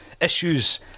issues